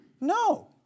No